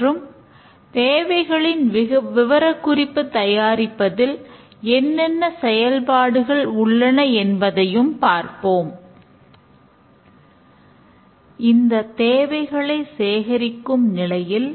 மற்றும் தேவைகளின் விபரக்குறிப்பு தயாரிப்பதில் என்னென்ன செயல்பாடுகள் உள்ளன என்பதையும் பார்ப்போம் இந்த தேவைகளை சேகரிக்கும் நிலையில்